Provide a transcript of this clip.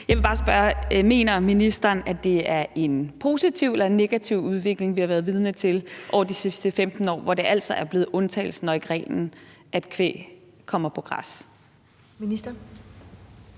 Jeg vil bare spørge: Mener ministeren, at det er en positiv eller negativ udvikling, vi har været vidne til over de sidste 15 år, hvor det altså er blevet undtagelsen og ikke reglen, at kvæg kommer på græs?